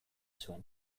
zuen